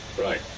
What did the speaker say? right